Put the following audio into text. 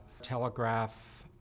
telegraph